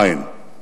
אין.